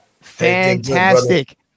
Fantastic